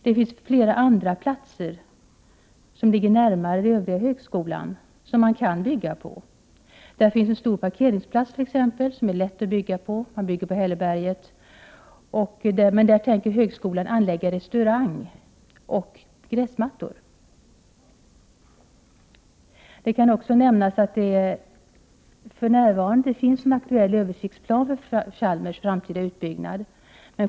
Det finns flera andra platser, närmare den övriga högskolan, som man kan bygga på. Där finns t.ex. en stor parkeringsplats som det är lätt att bygga på — man bygger på hälleberget — men där tänker högskolan anlägga restaurang och gräsmattor. Det kan också nämnas att det för närvarande finns en aktuell översiktsplan för Chalmers framtida utbyggnad.